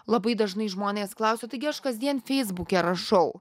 labai dažnai žmonės klausia taigi aš kasdien feisbuke rašau